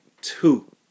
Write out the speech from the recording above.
two